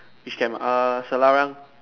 which camp err Selarang